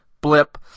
Blip